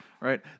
right